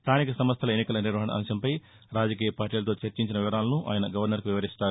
స్థానిక సంస్థల ఎన్నికల నిర్వహణ అంశంపై రాజకీయ పార్టీలతో చర్చించిన వివరాలను ఆయన గవర్నర్కు వివరిస్తారు